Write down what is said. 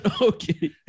Okay